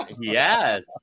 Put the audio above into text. Yes